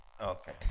okay